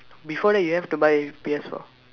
before that you have to buy P_S four